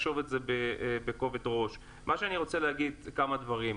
כמה דברים: